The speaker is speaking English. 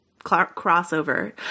crossover